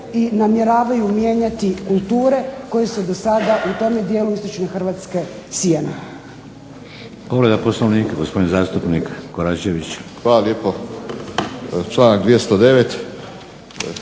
i namjeravaju mijenjati kulture koje se u do sada u donjem dijelu istočne Hrvatske sijana.